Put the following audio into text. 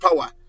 power